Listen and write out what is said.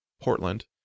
Portland